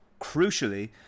crucially